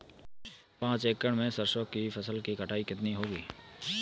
पांच एकड़ में सरसों की फसल की कटाई कितनी होगी?